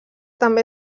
també